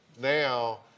Now